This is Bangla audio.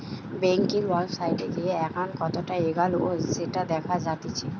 বেংকের ওয়েবসাইটে গিয়ে একাউন্ট কতটা এগোলো সেটা দেখা জাতিচ্চে